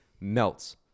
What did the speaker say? melts